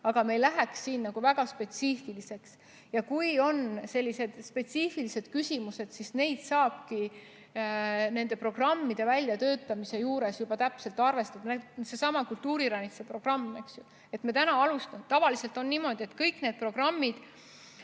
aga me ei lähe siin väga spetsiifiliseks. Ja kui on sellised spetsiifilised küsimused, siis neid saabki nende programmide väljatöötamise juures juba täpselt arvestada. Seesama kultuuriranitsa programm, eks ju, tavaliselt on niimoodi, et kõik need programmid,